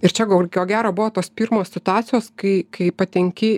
ir čia kur kokio gero buvo tos pirmos situacijos kai kai patenki